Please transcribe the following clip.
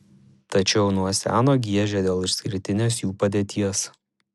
tačiau nuo seno giežė dėl išskirtinės jų padėties